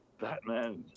Batman